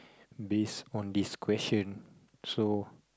base on this question so